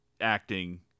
acting